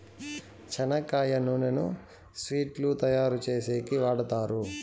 చెనక్కాయ నూనెను స్వీట్లు తయారు చేసేకి వాడుతారు